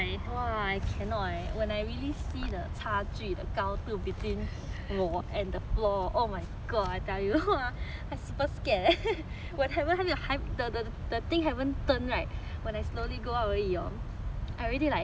really see the 差距的高度 between 我 and the floor oh my god I tell you !wah! I super scared eh when 还没有 the the thing haven't turn right when I slowly go out 而已 hor I already oh my god oh my god I totally regret